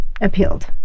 appealed